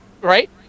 Right